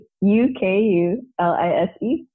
u-k-u-l-i-s-e